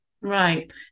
Right